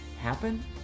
happen